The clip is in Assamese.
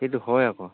সেইটো হয় আকৌ